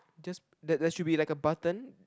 just there there should be like a button